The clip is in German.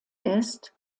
ist